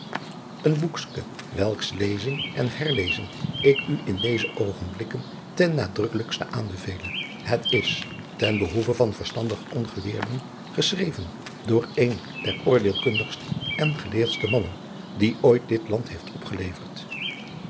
een boekske welks lezing en herlezing ik u in deze oogenblikken ten nadrukkelijkste aanbevele het is ten behoeve van verstandige ongeleerden geschreven door een der oordeelkundigste en geleerdste mannen die ooit dit land heeft opgeleverd